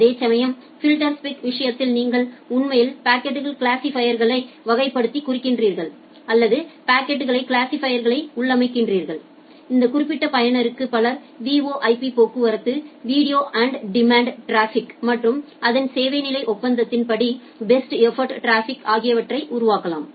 அதேசமயம் ஃபில்டர்ஸ்பெக்கின் விஷயத்தில் நீங்கள் உண்மையில் பாக்கெட் கிளாசிபைர்களை வகைப்படுத்தியைக் குறிக்கிறீர்கள் அல்லது பாக்கெட் கிளாசிபைர்களை உள்ளமைக்கிறீர்கள் இந்த குறிப்பிட்ட பயனருக்கு பலா் VoIP போக்குவரத்து வீடியோ ஆன் டிமாண்ட் ட்ராஃபிக்மற்றும் அதன் சேவை நிலை ஒப்பந்தத்தின் படி பெஸ்ட் எஃபோர்ட் ட்ராஃபிக் ஆகியவற்றை உருவாக்கலாம்